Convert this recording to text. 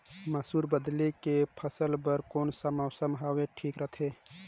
मसुर बदले के फसल बार कोन सा मौसम हवे ठीक रथे?